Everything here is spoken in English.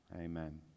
Amen